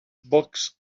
books